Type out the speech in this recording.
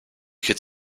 could